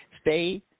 stay